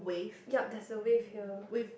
ya that's a wave here